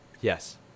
yes